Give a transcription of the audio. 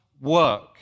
work